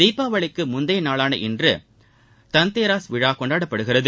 தீபாவளிக்கு முந்தைய நாளான இன்று தந்த்தேரஸ் விழா கொண்டாடப்படுகிறது